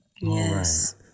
Yes